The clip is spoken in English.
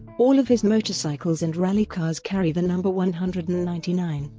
all of his motorcycles and rally cars carry the number one hundred and ninety nine.